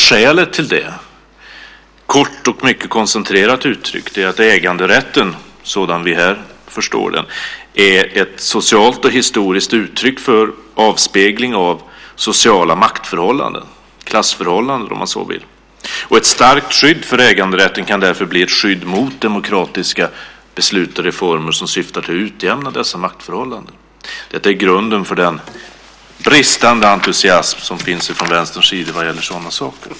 Skälet till det är, kort och koncentrerat uttryckt, att äganderätten, sådan vi här förstår den, är ett socialt och historiskt uttryck för avspegling av sociala maktförhållanden, klassförhållanden om man så vill. Ett starkt skydd för äganderätten kan därför bli ett skydd mot demokratiska beslut och reformer som syftar till att utjämna dessa maktförhållanden. Det är grunden för den bristande entusiasm som finns från Vänsterns sida när det gäller sådana saker.